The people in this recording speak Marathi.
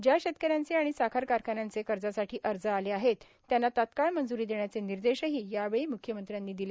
ज्या शेतकऱ्यांचे आणि साखर कारखान्याचे कर्जासाठी अर्ज आले आहेत त्यांना तत्काळ मंजूरी देण्याचे निर्देशही यावेळी मुख्यमंज्यांनी दिले